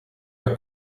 naar